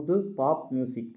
புது pop music